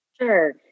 Sure